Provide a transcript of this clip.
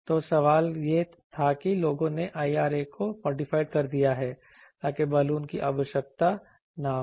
तो सवाल यह था कि लोगों ने IRA को मॉडिफाइ कर दिया है ताकि बालून की आवश्यकता न हो